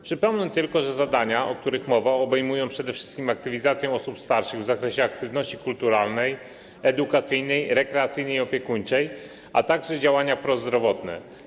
Przypomnę tylko, że zadania, o których mowa, obejmują przede wszystkim aktywizację osób starszych w zakresie aktywności kulturalnej, edukacyjnej, rekreacyjnej i opiekuńczej, a także działania prozdrowotne.